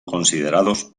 considerados